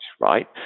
right